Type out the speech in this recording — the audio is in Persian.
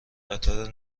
قطار